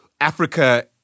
Africa